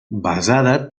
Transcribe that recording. basada